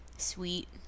sweet